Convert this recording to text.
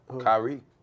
Kyrie